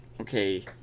Okay